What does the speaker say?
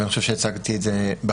ואני חושב שהצגתי את זה בעבר,